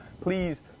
please